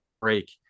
break